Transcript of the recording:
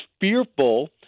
fearful